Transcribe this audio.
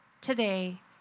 today